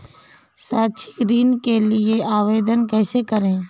शैक्षिक ऋण के लिए आवेदन कैसे करें?